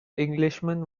englishman